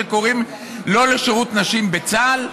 כשיש רבנים ראשיים שקוראים לא לשירות נשים בצה"ל?